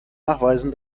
nachweisen